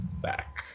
back